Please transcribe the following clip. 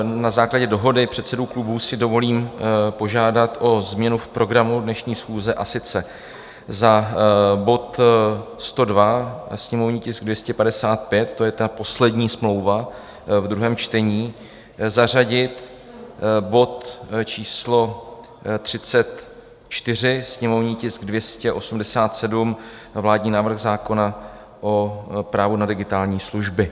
Na základě dohody předsedů klubů si dovolím požádat o změnu v programu dnešní schůze, a sice za bod 102, sněmovní tisk 255, to je ta poslední smlouva v druhém čtení, zařadit bod číslo 34, sněmovní tisk 287, vládní návrh zákona o právu na digitální služby.